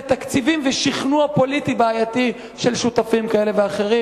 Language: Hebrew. תקציבים ושכנוע פוליטי בעייתי של שותפים כאלה ואחרים.